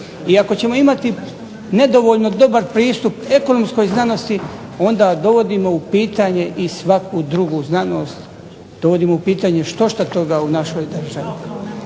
I ako ćemo imati nedovoljno dobar pristup ekonomskoj znanosti, onda dovodimo u pitanje i svaku drugu znanost, dovodimo u pitanje štošta toga u našoj državi.